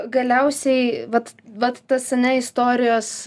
galiausiai vat vat tas ane istorijos